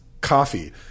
coffee